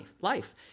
life